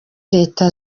leta